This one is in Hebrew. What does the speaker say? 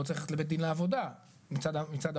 צריך ללכת לבית הדין לעבודה מצד העובד,